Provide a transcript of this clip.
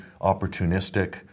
opportunistic